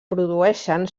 produeixen